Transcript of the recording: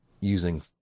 using